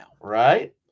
right